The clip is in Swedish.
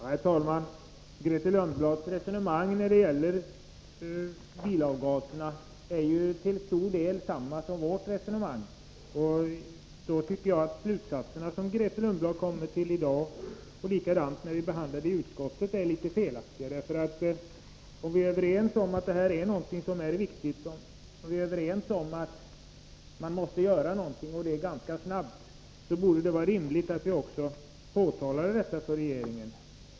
Herr talman! Grethe Lundblads resonemang när det gäller bilavgaserna överensstämmer ju till stor del med vårt resonemang. Därför tycker jag att de slutsatser som Grethe Lundblad kommer fram till i dag, liksom dem hon kom fram till vid behandlingen i utskottet, är litet felaktiga. Är vi överens om att det här är någonting viktigt och att någonting måste göras, och det ganska snart, borde det också vara rimligt att ge regeringen detta till känna.